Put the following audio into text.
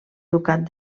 ducat